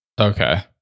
Okay